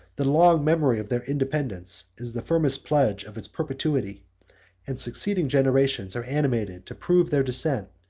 the long memory of their independence is the firmest pledge of its perpetuity and succeeding generations are animated to prove their descent,